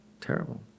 Terrible